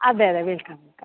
അതെ അതെ വിളിക്കാം